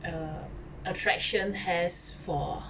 err attraction has for